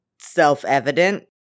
self-evident